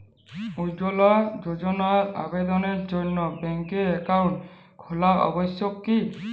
উজ্জ্বলা যোজনার আবেদনের জন্য ব্যাঙ্কে অ্যাকাউন্ট খোলা আবশ্যক কি?